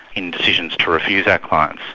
in decisions to refuse our clients.